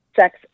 sex